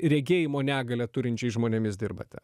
regėjimo negalią turinčiais žmonėmis dirbate